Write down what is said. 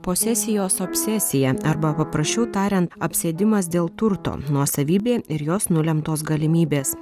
posesijos obsesija arba paprasčiau tariant apsėdimas dėl turto nuosavybė ir jos nulemtos galimybės